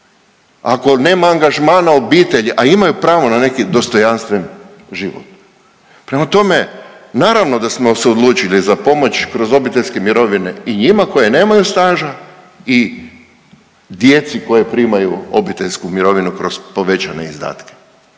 Ako nema angažmana obitelji, a imaju pravo na neki dostojanstven život. Prema tome, naravno da smo se odlučili za pomoć kroz obiteljske mirovine i njima koje nemaju staža i djeci koja primaju obiteljsku mirovinu kroz povećane izdatke.